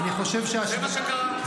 אני חושב שהשוואה כזאת,